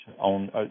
on